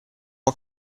può